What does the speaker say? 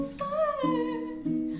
first